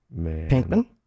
Pinkman